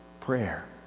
prayer